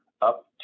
up